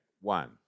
One